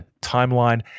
timeline